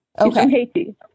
Okay